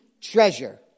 treasure